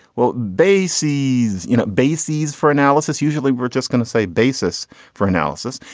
well, bases, you know, bases for analysis. usually we're just going to say basis for analysis.